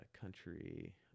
country